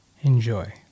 Enjoy